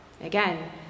Again